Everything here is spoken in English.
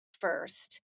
first